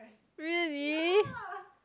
really